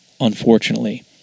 unfortunately